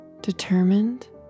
determined